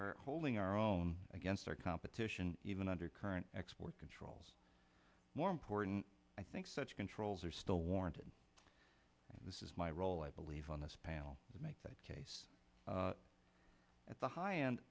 are holding our own against our competition even under current export controls more important i think such controls are still warranted this is my role i believe on this panel to make that case at the high end